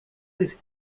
was